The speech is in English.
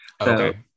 Okay